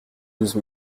douze